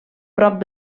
prop